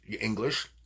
English